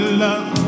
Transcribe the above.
love